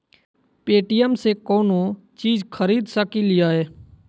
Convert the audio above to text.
Paytm से कौनो चीज खरीद सकी लिय?